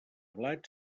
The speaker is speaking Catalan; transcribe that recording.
blat